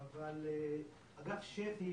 אבל אגף שפ"י